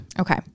Okay